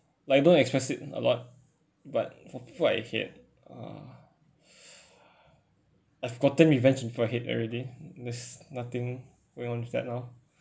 like don't express it a lot but for people I hate uh I've gotten revenge in forehead already there's nothing going on with that now